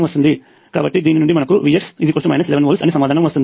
కాబట్టి దీని నుండి మనకు Vx 11 వోల్ట్స్ అని సమాధానం వస్తుంది